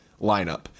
lineup